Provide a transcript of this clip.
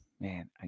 man